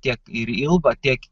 tiek ir ilgo tiek